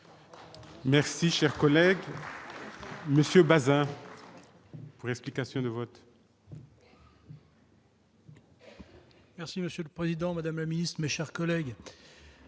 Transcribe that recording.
Merci, cher collègue, monsieur Baeza. Presque cassé de vote. Merci Monsieur le Président, Madame la Ministre, mes chers collègues.